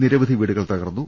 നിരവധി വീടു കൾ തകർന്നു